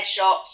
headshots